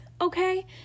Okay